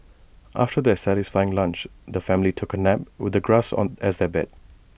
after their satisfying lunch the family took A nap with the grass as their bed